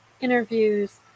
interviews